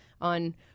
on